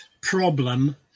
problem